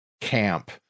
camp